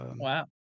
Wow